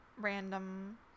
random